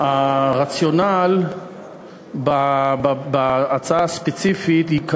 הרציונל בהצעה הספציפית הוא,